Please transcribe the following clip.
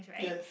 yes